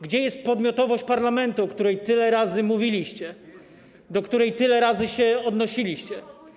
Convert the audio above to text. Gdzie jest podmiotowość parlamentu, o której tyle razy mówiliście, do której tyle razy się odnosiliście?